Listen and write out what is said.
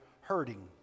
hurting